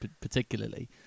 particularly